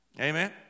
Amen